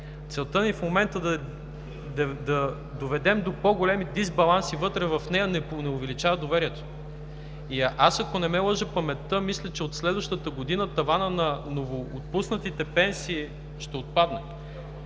целта в момента е да доведем до по-големи дисбаланси вътре в нея, това не увеличава доверието. Ако не ме лъже паметта, мисля, че от следващата година таванът на новоотпуснатите пенсии ще отпадне.